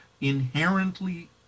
inherently